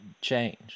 change